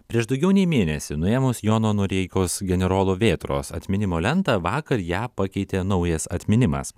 prieš daugiau nei mėnesį nuėmus jono noreikos generolo vėtros atminimo lentą vakar ją pakeitė naujas atminimas